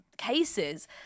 cases